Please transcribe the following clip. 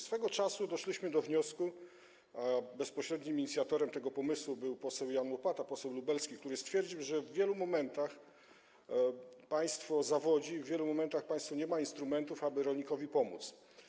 Swego czasu doszliśmy do wniosku - bezpośrednim inicjatorem tego pomysłu był poseł Jan Łopata, poseł lubelski, i on to stwierdził - że w wielu momentach państwo zawodzi, w wielu momentach państwo nie ma instrumentów, aby rolnikowi pomóc.